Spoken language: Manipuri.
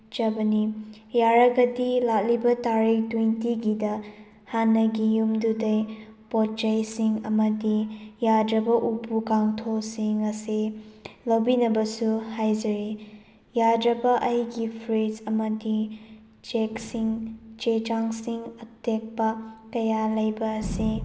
ꯆꯕꯅꯤ ꯌꯥꯔꯒꯗꯤ ꯂꯥꯛꯂꯤꯕ ꯇꯥꯔꯤꯛ ꯇ꯭ꯋꯦꯟꯇꯤꯒꯤꯗ ꯍꯥꯟꯅꯒꯤ ꯌꯨꯝꯗꯨꯗꯒꯤ ꯄꯣꯠ ꯆꯩꯁꯤꯡ ꯑꯃꯗꯤ ꯌꯥꯗ꯭ꯔꯕ ꯎꯄꯨ ꯀꯥꯡꯊꯣꯜꯁꯤꯡ ꯑꯁꯦ ꯂꯧꯕꯤꯅꯕꯁꯨ ꯍꯥꯏꯖꯔꯤ ꯌꯥꯗ꯭ꯔꯕ ꯑꯩꯒꯤ ꯐ꯭ꯔꯤꯁ ꯑꯃꯗꯤ ꯆꯦꯛꯁꯤꯡ ꯆꯦ ꯆꯥꯡꯁꯤꯡ ꯑꯇꯦꯛꯄ ꯀꯌꯥ ꯂꯩꯕ ꯑꯁꯦ